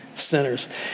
sinners